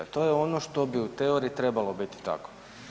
To je ono što bi u teoriji trebalo biti tako.